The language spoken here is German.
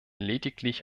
lediglich